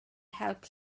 help